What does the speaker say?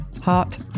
Heart